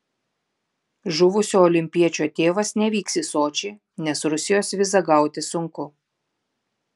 žuvusio olimpiečio tėvas nevyks į sočį nes rusijos vizą gauti sunku